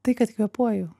tai kad kvėpuoju